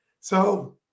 So-